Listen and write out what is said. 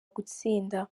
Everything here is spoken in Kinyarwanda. gutsinda